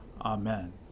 Amen